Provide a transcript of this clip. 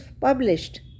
published